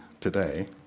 today